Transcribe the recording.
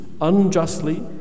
unjustly